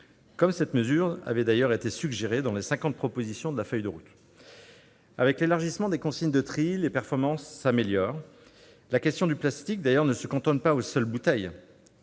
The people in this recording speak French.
cette mesure avait d'ailleurs été suggérée dans les cinquante propositions de la feuille de route. Avec l'élargissement des consignes de tri, les performances s'améliorent. La question du plastique ne se cantonne pas aux seules bouteilles.